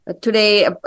today